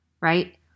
right